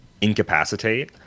incapacitate